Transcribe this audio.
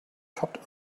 topped